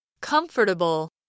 comfortable